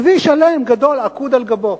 צבי שלם, גדול, עקוד על גבו.